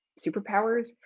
superpowers